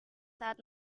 saat